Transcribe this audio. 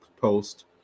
post